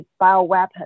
bioweapons